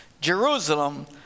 Jerusalem